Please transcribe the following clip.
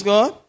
God